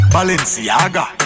Balenciaga